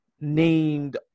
named